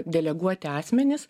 deleguoti asmenys